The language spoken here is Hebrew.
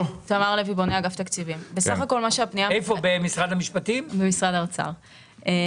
אגף תקציבים, משרד האוצר.